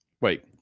Wait